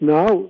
now